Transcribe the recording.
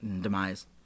demise